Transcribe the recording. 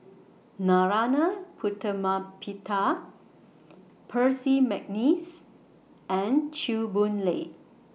Narana Putumaippittan Percy Mcneice and Chew Boon Lay